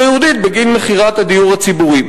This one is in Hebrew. היהודית בגין מכירת הדיור הציבורי.